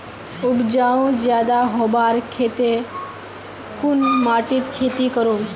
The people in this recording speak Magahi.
उपजाऊ ज्यादा होबार केते कुन माटित खेती करूम?